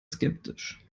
skeptisch